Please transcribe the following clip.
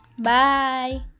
Bye